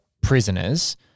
prisoners